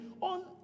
on